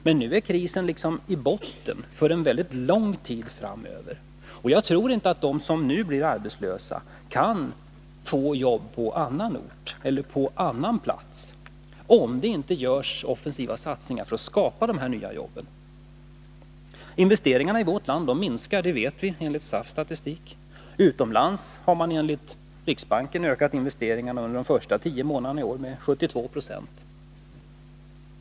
Men nu är krisen liksom i botten för en väldigt lång tid framöver. Jag tror inte att de som nu är arbetslösa kan få jobb på annan ort, såvida det inte görs offensiva satsningar på att skapa nya jobb. Enligt SAF:s statistik minskar investeringarna i vårt land. Utomlands har man enligt riksbanken ökat investeringarna med 72 Zo under årets första tio månader.